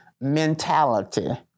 mentality